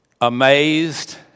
amazed